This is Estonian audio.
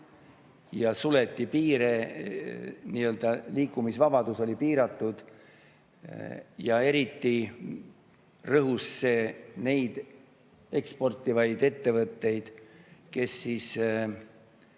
ja suleti piire, nii-öelda liikumisvabadus oli piiratud. Ja eriti rõhus see neid eksportivaid ettevõtteid, kes pidid